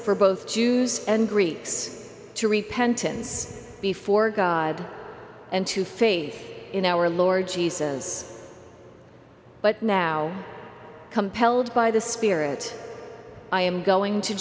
for both jews and greeks to repentance before god and to faith in our lord jesus but now compelled by the spirit i am going to